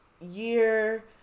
year